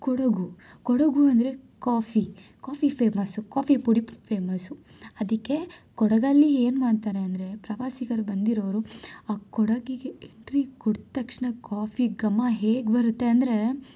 ಕೊಡಗು ಕೊಡಗು ಅಂದರೆ coffee coffee famous coffee ಪುಡಿ famous ಅದಕ್ಕೆ ಕೊಡಗಲ್ಲಿ ಏನು ಮಾಡ್ತಾರೆ ಅಂದರೆ ಪ್ರವಾಸಿಗರು ಬಂದಿರೊವ್ರು ಆ ಕೊಡಗಿಗೆ ಎಂಟ್ರಿ ಕೊಟ್ಟ ತಕ್ಷಣ ಕಾಫಿ ಘಮ ಹೇಗೆ ಬರುತ್ತೆ ಅಂದರೆ